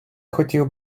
хотів